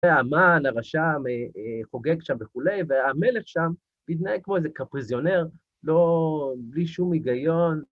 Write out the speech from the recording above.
והמן הרשע חוגג שם וכולי, והמלך שם מתנהג כמו איזה קפריזיונר, לא... בלי שום היגיון.